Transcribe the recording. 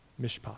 mishpat